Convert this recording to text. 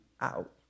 out